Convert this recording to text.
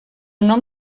nom